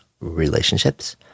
relationships